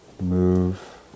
move